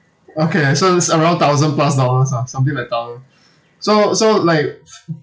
okay so it's around thousand plus dollars ah something like that lor so so like